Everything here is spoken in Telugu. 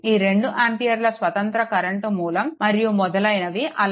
ఈ 2 ఆంపియర్ స్వతంత్ర కరెంట్ మూలం మరియు మొదలైనవి అలానే ఉంటాయి